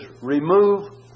remove